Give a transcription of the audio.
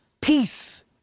Peace